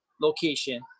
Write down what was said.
location